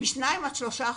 ב-2% - 3%.